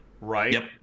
right